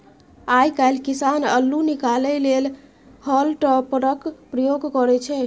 आइ काल्हि किसान अल्लु निकालै लेल हॉल टॉपरक प्रयोग करय छै